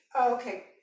okay